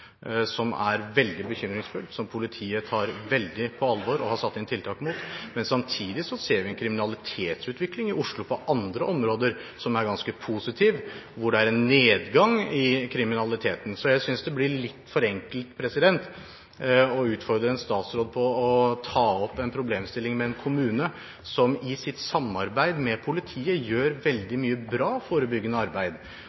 som er veldig bekymringsfullt, og som politiet tar veldig på alvor og har satt inn tiltak mot, men samtidig ser vi en kriminalitetsutvikling i Oslo på andre områder som er ganske positiv, hvor det er en nedgang i kriminaliteten. Jeg synes det blir litt forenklet å utfordre en statsråd på å ta opp en problemstilling med en kommune som i sitt samarbeid med politiet gjør